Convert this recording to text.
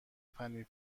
پنیر